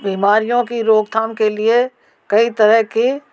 बीमारियों की रोकथाम के लिए कई तरह की